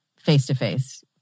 face-to-face